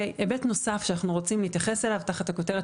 היבט נוסף שאנחנו רוצים להתייחס אליו תחת הכותרת